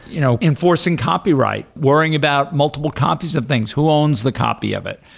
you know enforcing copyright, worrying about multiple copies of things, who owns the copy of it?